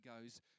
goes